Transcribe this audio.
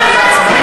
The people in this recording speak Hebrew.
צריך להוסיף.